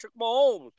Mahomes